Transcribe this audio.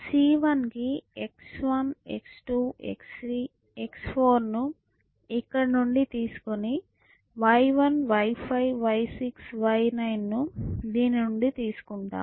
C1 కి x1 x2 x3 x4 ను ఇక్కడి నుండి తీసుకొని y1 y5 y6 y9 ను దీని నుండి తీసుకుంటాము